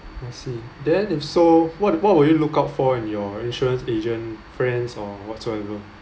I see then if so what what will you look out for in your insurance agent friends or whatsoever